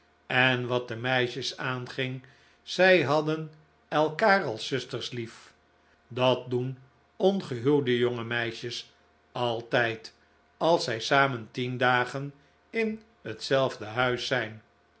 en wat de meisjes aanging zij hadden elkaar als zusters lief dat doen ongehuwde jonge meisjes altijd als zij samen tien dagen in hetzelfde huis zijn